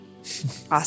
Awesome